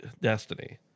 Destiny